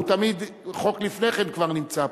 הוא תמיד חוק לפני כן כבר נמצא פה.